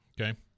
Okay